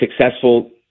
successful